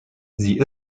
sie